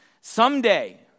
Someday